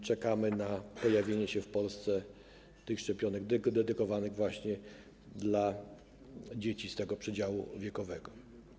Czekamy na pojawienie się w Polsce tych szczepionek dedykowanych właśnie dzieciom z tego przedziału wiekowego.